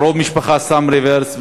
קרוב משפחה שם רוורס,